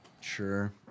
Sure